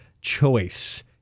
choice